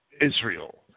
Israel